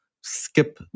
skip